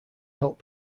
help